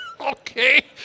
Okay